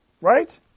right